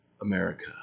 America